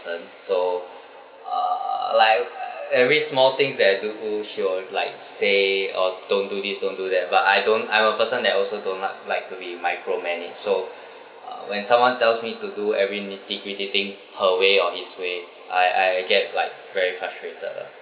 so uh like I every small things that I do for she will like say oh don't do this don't do that but I don't I'm a person that also don't like like to be micromanaged so uh when someone tells me to do every mitigating her way or his way I I get like very frustrated lah